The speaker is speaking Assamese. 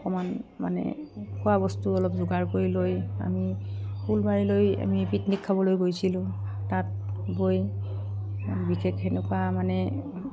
অকমান মানে খোৱা বস্তু অলপ যোগাৰ কৰি লৈ আমি শুলমাৰিলৈ আমি পিকনিক খাবলৈ গৈছিলোঁ তাত গৈ বিশেষ সেনেকুৱা মানে